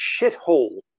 shithole